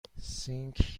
سینک